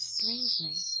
Strangely